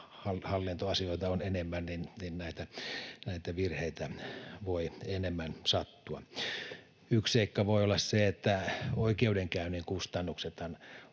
hallintoasioita on enemmän, näitä virheitä voi enemmän sattua. Yksi seikka voi olla se, että oikeudenkäynnin kustannuksethan